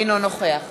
אינו נוכח